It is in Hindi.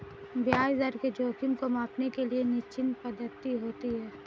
ब्याज दर के जोखिम को मांपने के लिए निश्चित पद्धति होती है